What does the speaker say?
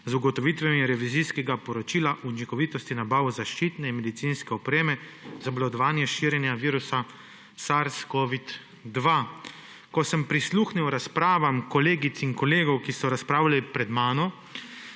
z ugotovitvami revizijskega poročila Učinkovitost nabav zaščitne in medicinske opreme za obvladovanje širjenja virusa SARS-CoV-2. Ko sem prisluhnil razpravam kolegic in kolegov, ki so razpravljali pred mano,